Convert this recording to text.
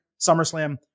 SummerSlam